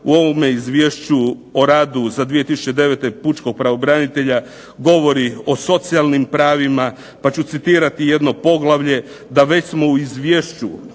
u ovome Izvješću o radu za 2009. pučkog pravobranitelja govori o socijalnim pravima, pa ću citirati jedno poglavlje da već smo u izvješću